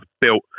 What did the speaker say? built